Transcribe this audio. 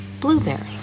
blueberry